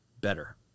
better